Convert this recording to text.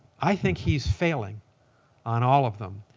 i think he's failing on all of them.